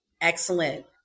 excellent